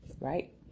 right